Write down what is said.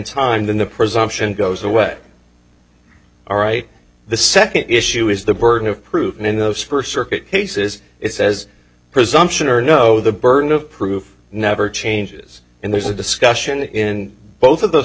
time then the presumption goes away all right the second issue is the burden of proof and in those first circuit cases it says presumption or no the burden of proof never changes and there's a discussion in both of those